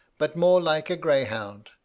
but more like a greyhound,